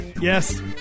Yes